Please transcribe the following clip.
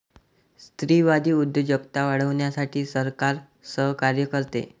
स्त्रीवादी उद्योजकता वाढवण्यासाठी सरकार सहकार्य करते